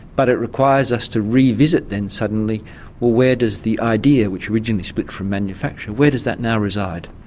but it requires us to revisit then suddenly where does the idea which originally split from manufacturing, where does that now reside?